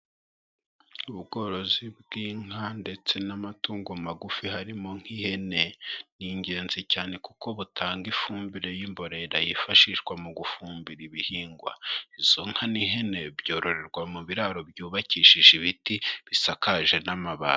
Ubworozi bw'inka ndetse n'amatungo magufi harimo nk'ihene, ni ingenzi cyane kuko butanga ifumbire y'imborera yifashishwa mu gufumbira ibihingwa, izo nka n'ihene byororerwa mu biraro byubakishije ibiti, bisakaje n'amabati.